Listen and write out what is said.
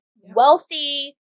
wealthy